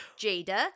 Jada